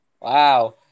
Wow